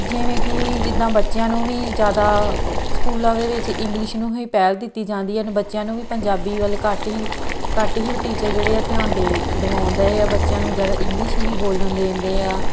ਜਿਵੇਂ ਕਿ ਜਿੱਦਾਂ ਬੱਚਿਆਂ ਨੂੰ ਵੀ ਜ਼ਿਆਦਾ ਸਕੂਲਾਂ ਦੇ ਵਿੱਚ ਇੰਗਲਿਸ਼ ਨੂੰ ਹੀ ਪਹਿਲ ਦਿੱਤੀ ਜਾਂਦੀ ਹਨ ਬੱਚਿਆਂ ਨੂੰ ਵੀ ਪੰਜਾਬੀ ਵੱਲ ਘੱਟ ਹੀ ਘੱਟ ਹੀ ਵੀ ਟੀਚਰ ਜਿਹੜੇ ਆ ਧਿਆਨ ਦੇ ਦਵਾਉਣ ਦਏ ਆ ਬੱਚਿਆਂ ਨੂੰ ਜ਼ਿਆਦਾ ਇੰਗਲਿਸ਼ ਹੀ ਬੋਲਣ ਦੇਣ ਦਏ ਆ